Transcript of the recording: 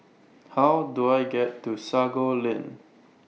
How Do I get to Sago Lane